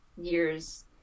years